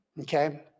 okay